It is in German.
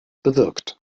bewirkt